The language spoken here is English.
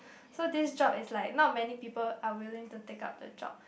so this job is like not many people are willing to take up the job